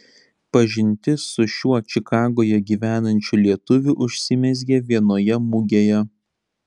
pažintis su šiuo čikagoje gyvenančiu lietuviu užsimezgė vienoje mugėje